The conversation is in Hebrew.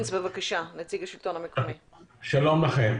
שלום לכם.